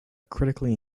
critically